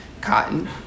cotton